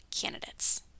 candidates